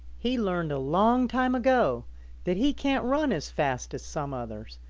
he learned a long time ago that he can't run as fast as some others,